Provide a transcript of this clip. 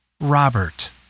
Robert